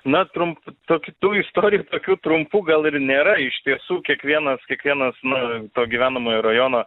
na trump tok tų istorijų tokių trumpų gal ir nėra iš tiesų kiekvienas kiekvienas nu to gyvenamojo rajono